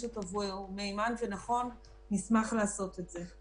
ושהוא מהימן ונכון נשמח לעשות את זה.